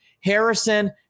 Harrison